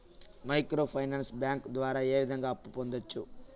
micro finance bank ద్వారా ఏ విధంగా అప్పు పొందొచ్చు